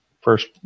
first